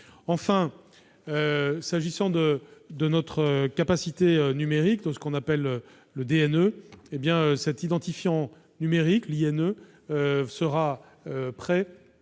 Laborde s'agissant de notre capacité numérique, ce qu'on appelle le DNE, cet identifiant numérique, sera prêt